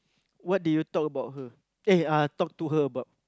what did you talk about her eh uh talk to her about